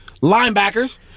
Linebackers